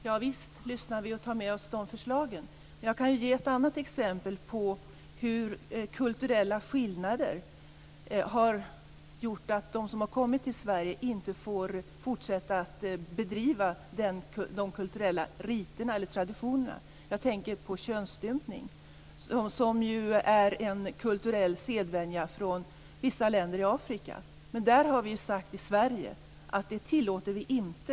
Herr talman! Javisst lyssnar vi och tar med oss de förslagen. Jag kan ge ett annat exempel på hur kulturella skillnader har gjort att de som har kommit till Sverige inte får fortsätta att bedriva de kulturella traditionerna. Jag tänker på könsstympning som ju är en kulturell sedvänja i vissa länder i Afrika. Men där har vi i Sverige sagt att vi inte tillåter det.